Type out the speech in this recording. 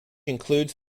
includes